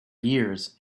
years